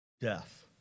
death